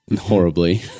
horribly